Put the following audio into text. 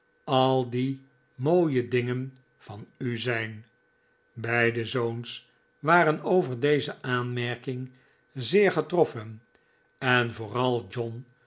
al die mooie dingen van u zijn beide zoons waren over deze aanmerking zeer getroffen en vooral john